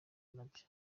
nabyo